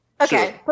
Okay